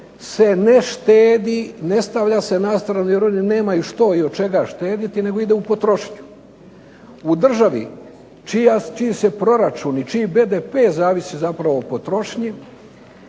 se ne štedi, ne stavlja se na stranu jer oni nemaju što i od čega štediti nego ide u potrošnju. U državi čiji se proračuni, čiji BDP zavisi zapravo o potrošnji